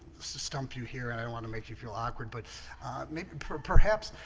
stump you here, and i want to make you feel awkward, but maybe perhaps,